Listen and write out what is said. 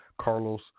Carlos